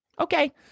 Okay